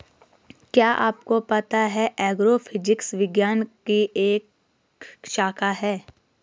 क्या आपको पता है एग्रोफिजिक्स विज्ञान की एक शाखा है?